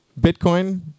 Bitcoin